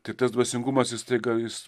tai tas dvasingumas jis staiga jis